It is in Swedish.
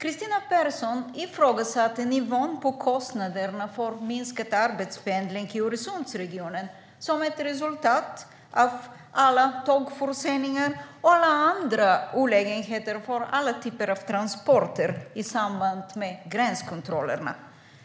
Kristina Persson ifrågasatte nivån på kostnaderna för minskad arbetspendling i Öresundsregionen som ett resultat av alla tågförseningar och alla andra olägenheter för alla typer av transporter i samband med gränskontrollerna.